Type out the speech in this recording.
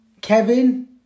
Kevin